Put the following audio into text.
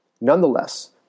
Nonetheless